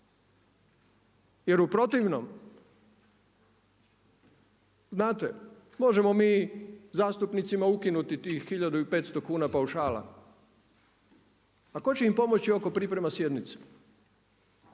jer u protivnom, znate, možemo mi zastupnicima ukinuti tih hiljadu i 500 kuna paušala a tko će im pomoći oko priprema sjednica?